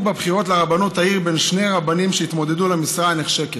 בה בחירות לרבנות העיר בין שני רבנים שהתמודדו על המשרה הנחשקת.